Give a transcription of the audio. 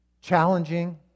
challenging